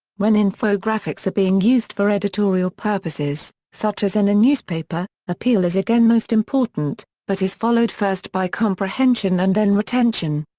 when infographics are being used for editorial purposes, such as in a newspaper, appeal is again most important, but is followed first by comprehension and then retention.